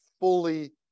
fully